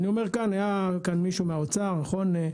אני אומר כאן, היה כאן מישהו מהאוצר, נכון?